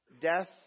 Death